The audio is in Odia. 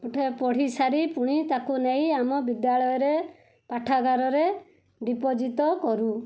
ଉଠେଇବା ପଢ଼ିସାରି ପୁଣି ତାକୁ ନେଇ ଆମ ବିଦ୍ୟାଳୟରେ ପାଠାଗାରରେ ଡିପୋଜିଟ୍ କରୁ